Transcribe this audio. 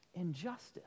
injustice